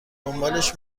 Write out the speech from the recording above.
دنبالش